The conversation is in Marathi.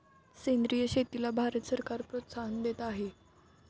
सेंद्रिय शेतीला भारत सरकार प्रोत्साहन देत आहे